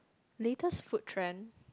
latest food trend